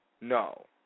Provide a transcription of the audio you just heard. No